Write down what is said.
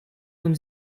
von